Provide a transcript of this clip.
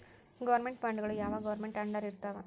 Government ಬಾಂಡ್ಗಳು ಯಾವ್ government ಅಂಡರಿರ್ತಾವ?